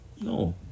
No